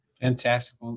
Fantastic